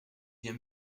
bien